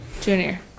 Junior